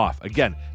Again